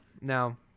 Now